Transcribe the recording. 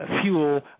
fuel